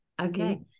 Okay